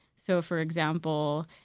so for example,